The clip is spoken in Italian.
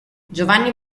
giovanni